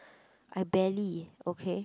I barely okay